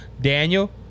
Daniel